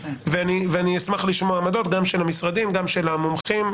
אני אשמח לשמוע עמדות גם של המשרדים וגם של המומחים.